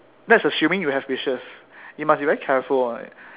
that's assuming you have wishes you must be very careful hor